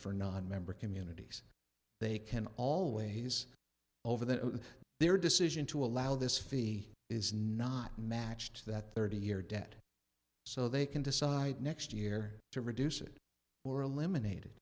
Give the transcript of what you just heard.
for nonmember communities they can always over there their decision to allow this fee is not matched that thirty year debt so they can decide next year to reduce it or elimina